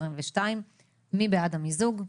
מי בעד המיזוג?